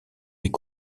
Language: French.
est